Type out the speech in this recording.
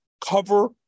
cover